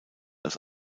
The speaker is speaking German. als